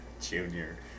Junior